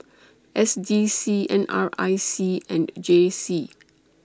S D C N R I C and J C